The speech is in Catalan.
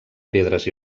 pedres